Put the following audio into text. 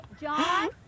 John